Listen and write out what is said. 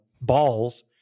balls